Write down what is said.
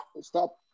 stop